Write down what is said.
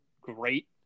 great